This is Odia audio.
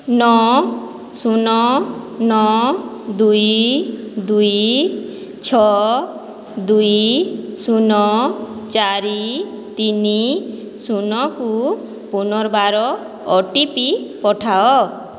ନଅ ଶୂନ ନଅ ଦୁଇ ଦୁଇ ଛଅ ଦୁଇ ଶୂନ ଚାରି ତିନି ଶୂନକୁ ପୁନର୍ବାର ଓ ଟି ପି ପଠାଅ